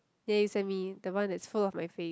ya you send me the one that is full of my face